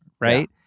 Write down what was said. right